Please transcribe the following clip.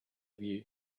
view